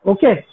Okay